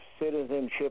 citizenship